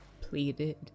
pleaded